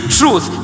truth